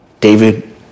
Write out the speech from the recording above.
David